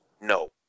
No